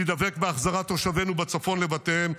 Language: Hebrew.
אני דבק בהחזרת תושבינו בצפון לבתיהם.